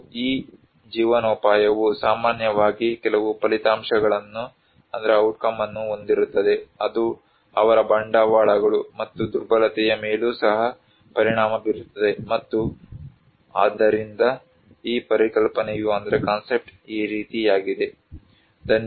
ಮತ್ತು ಆ ಜೀವನೋಪಾಯವು ಸಾಮಾನ್ಯವಾಗಿ ಕೆಲವು ಫಲಿತಾಂಶಗಳನ್ನು ಹೊಂದಿರುತ್ತದೆ ಅದು ಅವರ ಬಂಡವಾಳಗಳು ಮತ್ತೆ ದುರ್ಬಲತೆಯ ಮೇಲೂ ಸಹ ಪರಿಣಾಮ ಬೀರುತ್ತದೆ ಮತ್ತು ಆದ್ದರಿಂದ ಈ ಪರಿಕಲ್ಪನೆಯು ಈ ರೀತಿಯಾಗಿದೆ